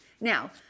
Now